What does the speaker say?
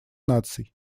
наций